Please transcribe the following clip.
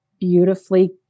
beautifully